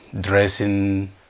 dressing